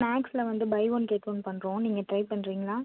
ஸ்நாக்ஸில் வந்து buy one get one பண்ணுறோம் நீங்கள் ட்ரை பண்ணுறீங்களா